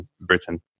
Britain